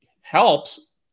helps